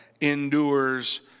endures